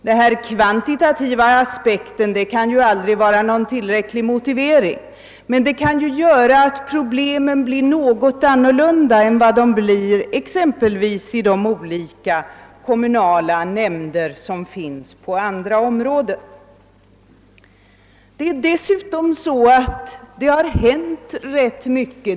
Denna kvantitativa aspekt kan aldrig vara en tillräcklig motivering, men den kan göra att problemen ter sig något annorlunda än exempelvis i de olika kommunala nämnderna på andra områden. Det har hänt rätt mycket inom vårt undervisningsväsen.